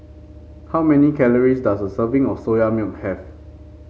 how many calories does a serving of Soya Milk have